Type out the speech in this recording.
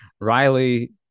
Riley